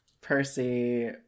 Percy